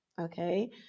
Okay